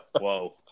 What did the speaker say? Whoa